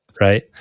right